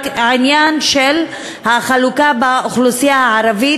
רק העניין של החלוקה באוכלוסייה הערבית.